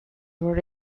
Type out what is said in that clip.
were